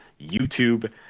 YouTube